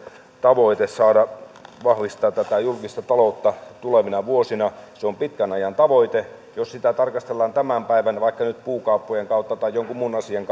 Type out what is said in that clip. tavoite vahvistaa tätä julkista taloutta tulevina vuosina se on pitkän ajan tavoite jos sitä tarkastellaan vaikka nyt tämän päivän puukauppojen kautta tai jonkun muun asian